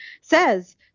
says